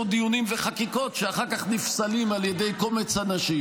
דיונים וחקיקות שאחר כך נפסלים על ידי קומץ אנשים.